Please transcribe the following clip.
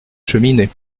cheminée